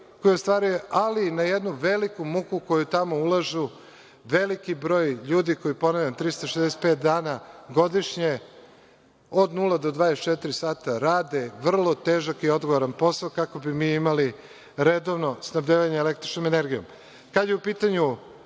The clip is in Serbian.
ali i na jednu veliku muku koju tamo ulaže veliki broj ljudi koji, ponavljam, 365 dana godišnje rade od 0-24 sata vrlo težak i odgovoran posao, kako bi mi imali redovno snabdevanje električnom energijom. Kada